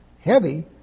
Heavy